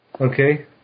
Okay